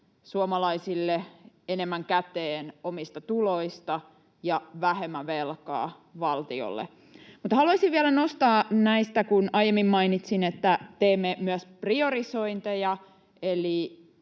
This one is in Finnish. suomalaisille, enemmän käteen omista tuloista ja vähemmän velkaa valtiolle. Mutta kun aiemmin mainitsin, että teemme myös priorisointeja,